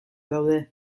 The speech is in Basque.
daude